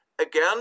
again